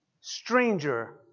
stranger